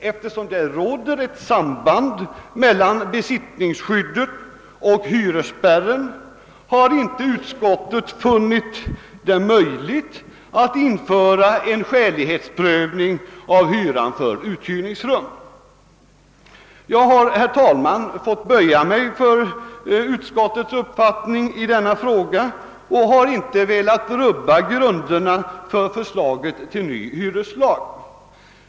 Eftersom det råder ett samband mellan besittningsskyddet och hyresspärren har utskottet inte funnit det möjligt att införa en skälighetsprövning av hyran för uthyrningsrum. Jag har, herr talman, fått böja mig för utskottets uppfattning i denna fråga och har inte velat rubba grunderna för förslaget till ny hyreslag.